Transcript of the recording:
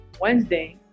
Wednesday